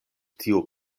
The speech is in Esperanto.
tiu